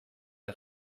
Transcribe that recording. est